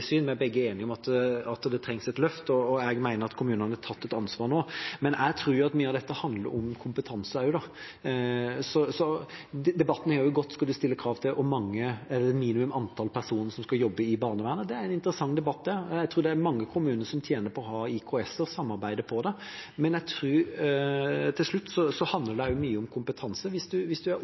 løft, og jeg mener at kommunene har tatt et ansvar nå. Men jeg tror at mye av dette også handler om kompetanse. Debatten har handlet om hvorvidt man skal stille krav til minimum antall personer som skal jobbe i barnevernet. Det er en interessant debatt. Jeg tror det er mange kommuner som tjener på å ha IKS-er og samarbeide om det, men til slutt tror jeg det også handler mye om kompetanse. Hvis